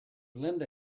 linda